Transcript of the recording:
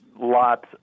lots